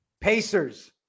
Pacers